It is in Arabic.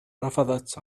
رفضت